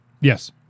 Yes